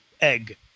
egg